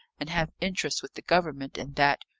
and have interest with the government, and that,